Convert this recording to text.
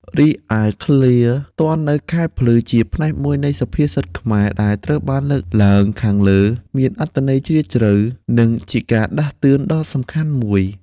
រីឯ ឃ្លា ទាន់នៅខែភ្លឺ ជាផ្នែកមួយនៃសុភាសិតខ្មែរដែលត្រូវបានលើកឡើងខាងលើ មានអត្ថន័យជ្រាលជ្រៅ និងជាការដាស់តឿនដ៏សំខាន់មួយ។